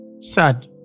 Sad